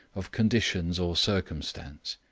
of conditions or circumstance,